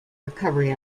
recovery